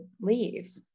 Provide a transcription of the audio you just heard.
leave